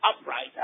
upright